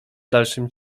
dalszym